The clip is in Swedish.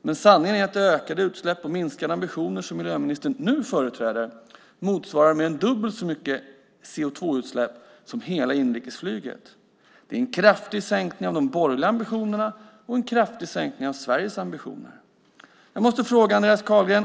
Men sanningen är att de ökade utsläpp och minskade ambitioner som miljöministern nu företräder motsvarar mer än dubbelt så mycket CO2-utsläpp som hela inrikesflyget. Det är en kraftig sänkning av de borgerliga ambitionerna och en kraftig sänkning av Sveriges ambitioner. Jag måste ställa en fråga till Andreas Carlgren.